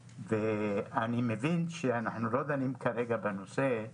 ואני מבין שאנחנו לא דנים כרגע בנושא,